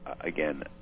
again